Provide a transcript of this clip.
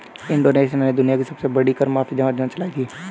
Indonesia ने दुनिया की सबसे बड़ी कर माफी योजना चलाई थी